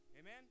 Amen